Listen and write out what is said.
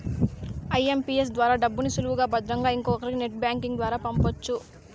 IMPS ద్వారా డబ్బుని సులువుగా భద్రంగా ఇంకొకరికి నెట్ బ్యాంకింగ్ ద్వారా పొందొచ్చు